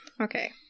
Okay